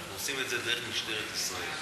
אנחנו עושים את זה דרך משטרת ישראל.